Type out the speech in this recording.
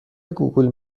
گوگول